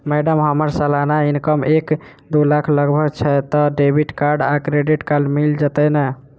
Madam हम्मर सलाना income एक दु लाख लगभग छैय तऽ डेबिट कार्ड आ क्रेडिट कार्ड मिल जतैई नै?